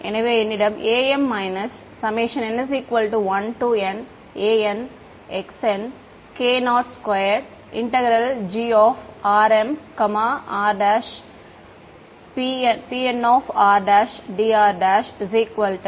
எனவே என்னிடம் am n1Nan χn k0 grm r pnrdrFi